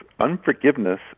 unforgiveness